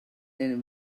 and